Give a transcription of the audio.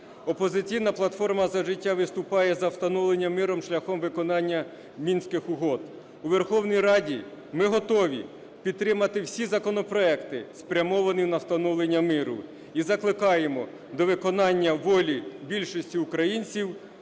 "Опозиційна платформа – За життя" виступає за встановлення миру шляхом виконання Мінських угод. У Верховній Раді ми готові підтримати всі законопроекти, спрямовані на встановлення миру і закликаємо до виконання волі більшості українців